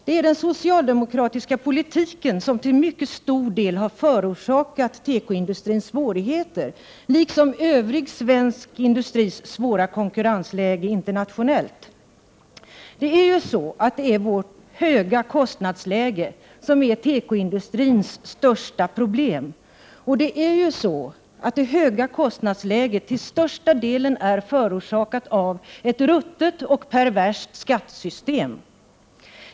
Det är den socialdemokratiska politiken som till mycket stor del har förorsakat tekoindustrins svårigheter liksom övrig svensk industris svåra konkurrensläge internationellt. Det är ju vårt höga kostnadsläge som är tekoindustrins stora problem, och det höga kostnadsläget är ju till största delen förorsakat av ett ruttet och perverst skattesystem.